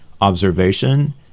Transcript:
observation